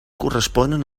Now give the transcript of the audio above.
corresponen